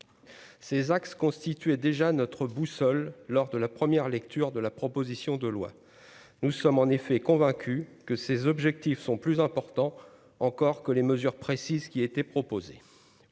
ces axes constituait déjà notre boussole lors de la première lecture de la proposition de loi, nous sommes en effet convaincus que ces objectifs sont plus important encore que les mesures précises qui étaient proposé